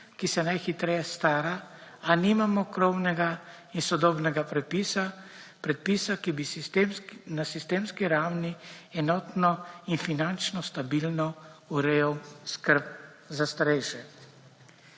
ki se najhitreje stara a nimamo krovnega in sodobnega predpisa. Predpisa, ki bi na sistemski ravni enotno in finančno stabilno urejal skrb za starejše.